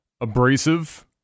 abrasive